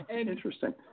interesting